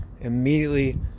immediately